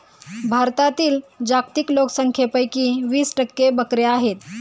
भारतातील जागतिक लोकसंख्येपैकी वीस टक्के बकऱ्या आहेत